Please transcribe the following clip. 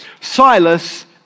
Silas